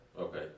Okay